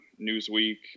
newsweek